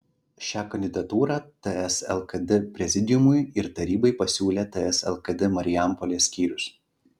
šią kandidatūrą ts lkd prezidiumui ir tarybai pasiūlė ts lkd marijampolės skyrius